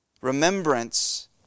Remembrance